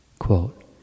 Quote